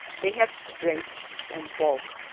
they have strength and bulk,